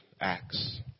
Acts